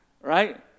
right